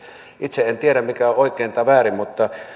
itse en tiedä mikä on oikein tai väärin mutta